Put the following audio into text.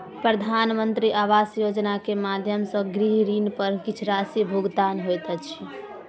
प्रधानमंत्री आवास योजना के माध्यम सॅ गृह ऋण पर किछ राशि भुगतान होइत अछि